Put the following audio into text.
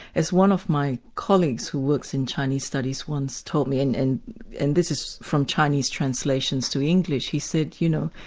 as one of my colleagues, who works in chinese studies once told me, and and and this is from chinese translations to english, he said, you know,